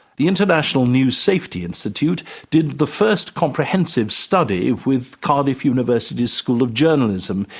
the international news safety institute did the first comprehensive study, with cardiff university's school of journalism,